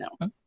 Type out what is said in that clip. no